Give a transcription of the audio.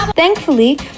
Thankfully